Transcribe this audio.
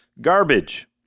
garbage